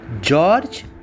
George